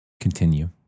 Continue